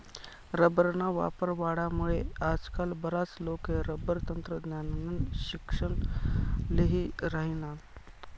रबरना वापर वाढामुये आजकाल बराच लोके रबर तंत्रज्ञाननं शिक्सन ल्ही राहिनात